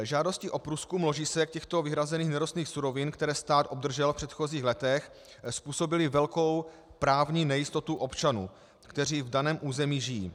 Žádosti o průzkum ložisek těchto vyhrazených nerostných surovin, které stát obdržel v předchozích letech, způsobily velkou právní nejistotu občanů, kteří v daném území žijí.